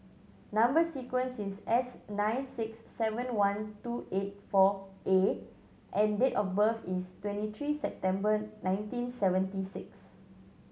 number sequence is S nine six seven one two eight four A and date of birth is twenty three September nineteen seventy six